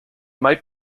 might